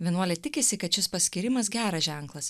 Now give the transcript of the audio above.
vienuolė tikisi kad šis paskyrimas geras ženklas